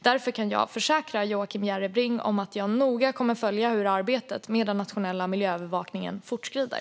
Därför kan jag försäkra Joakim Järrebring om att jag noga kommer att följa hur arbetet med vår nationella miljöövervakning fortskrider.